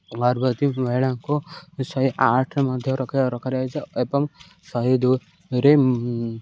ଗର୍ଭବତୀ ମହିଳାଙ୍କୁ ଶହେ ଆଠ ମଧ୍ୟ ରଖ ରଖାଯାଇଛି ଏବଂ ଶହେ ଦୁଇରେ